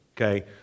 okay